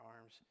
arms